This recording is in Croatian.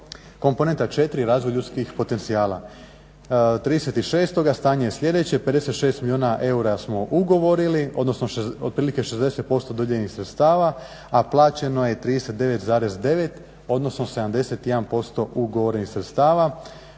Komponenta 4 Razvoj ljudskih potencijala. Na dan 30.6. stanje je sljedeće, 56 milijuna eura smo ugovorili, odnosno otprilike 60% dodijeljenih sredstava, a plaćeno je 39,9 odnosno 71% ugovorenih sredstava.